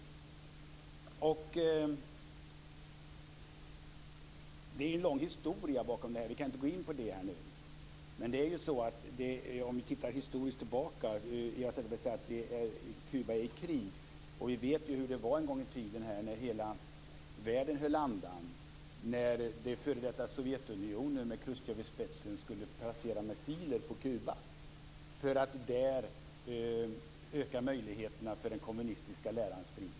Bakom detta ligger en lång historia som vi inte nu kan gå in på, men Eva Zetterberg säger att Kuba är i krig, och vi vet hur det var en gång i tiden när hela världen höll andan. Det f.d. Sovjetunionen med Chrustjov i spetsen skulle då placera missiler på Kuba för att öka möjligheterna för den kommunistiska lärans spridning.